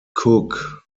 cook